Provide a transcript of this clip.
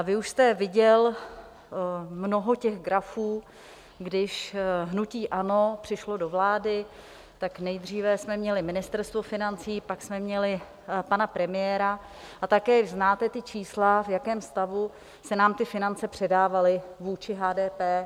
Vy už jste viděl mnoho těch grafů, když hnutí ANO přišlo do vlády, tak nejdříve jsme měli Ministerstvo financí, pak jsme měli pana premiéra, a také znáte ta čísla, v jakém stavu se nám ty finance předávaly vůči HDP.